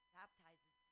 baptizes